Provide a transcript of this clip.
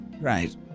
Right